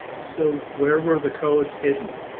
so where were the codes hidden?